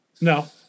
No